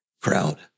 crowd